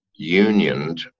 unioned